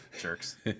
jerks